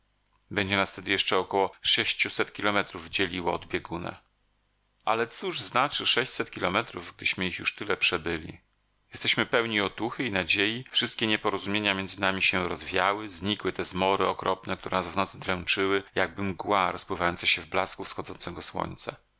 będzie nas wtedy jeszcze około sześciuset kilometrów dzieliło od bieguna ale cóż znaczy sześćset kilometrów gdyśmy ich już tyle przebyli jesteśmy pełni otuchy i nadziei wszystkie nieporozumienia między nami się rozwiały znikły te zmory okropne które nas w nocy dręczyły jakby mgła rozpływająca się w blasku wschodzącego słońca